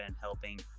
helping